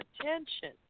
attention